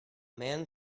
man